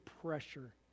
pressure